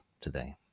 today